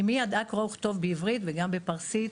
אמי ידעה קרוא וכתוב בעברית וגם בפרסית,